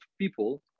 people